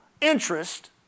interest